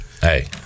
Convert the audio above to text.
Hey